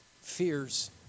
fears